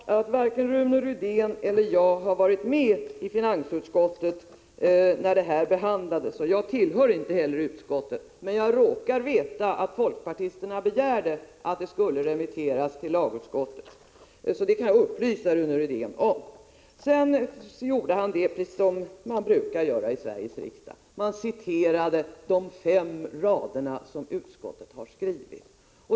Herr talman! Det är uppenbart att varken Rune Rydén eller jag varit med i finansutskottet när detta behandlat ärendet. Jag tillhör inte heller utskottet, men jag råkar veta att folkpartisterna begärt remittering till lagutskottet. Det kan jag upplysa Rune Rydén om. Han gjorde precis som man brukar i Sveriges riksdag: han citerade de fem rader utskottet skrivit.